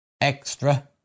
Extra